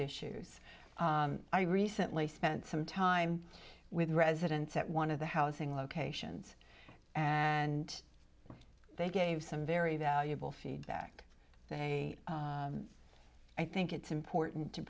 issues i recently spent some time with residents at one of the housing locations and they gave some very valuable feedback they i think it's important to